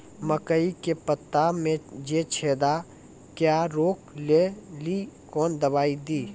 मकई के पता मे जे छेदा क्या रोक ले ली कौन दवाई दी?